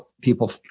people